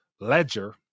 ledger